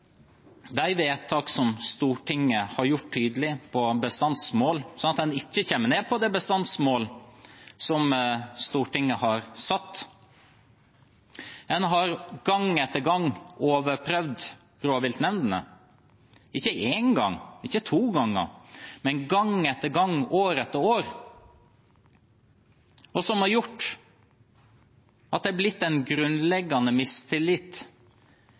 de tydelige vedtakene som Stortinget har fattet når det gjelder bestandsmål, slik at en ikke kommer ned på det bestandsmålet som Stortinget har satt. En har gang etter gang overprøvd rovviltnemndene – ikke én gang, ikke to ganger, men gang etter gang, år etter år. Det har ført til at det har blitt en grunnleggende mistillit